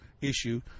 issue